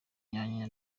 myanya